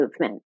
movement